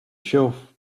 shelf